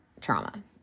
Trauma